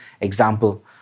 example